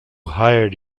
hired